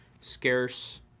scarce